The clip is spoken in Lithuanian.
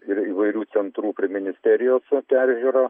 ir įvairių centrų prie ministerijos peržiūrą